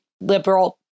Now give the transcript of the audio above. liberal